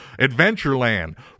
Adventureland